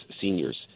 seniors